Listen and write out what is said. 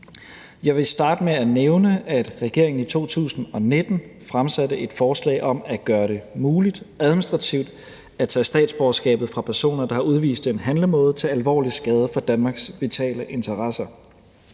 Jeg vil starte med at nævne, at regeringen i 2019 fremsatte et forslag om at gøre det muligt administrativt at tage statsborgerskabet fra personer, der har udvist en handlemåde til alvorlig skade for Danmarks vitale interesser,